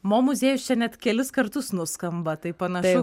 mo muziejus čia net kelis kartus nuskamba tai panašu